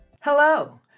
Hello